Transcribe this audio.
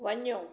वञो